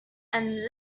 and